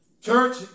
Church